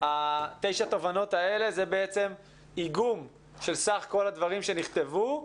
תשע התובנות האלה זה בעצם איגום של סך כל הדברים שנכתבו,